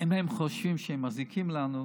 אם הם חושבים שהם מזיקים לנו,